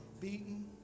beaten